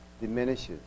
diminishes